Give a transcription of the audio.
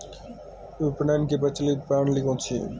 विपणन की प्रचलित प्रणाली कौनसी है?